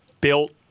built